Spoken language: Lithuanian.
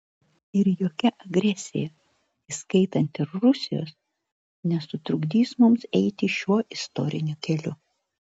ir jokia agresija įskaitant ir rusijos nesutrukdys mums eiti šiuo istoriniu keliu